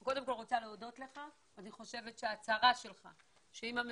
אני חושבת שראוי שכל הנוכחים פה,